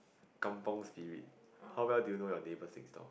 kampung spirit how well do you know your neighbours next door